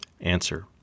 Answer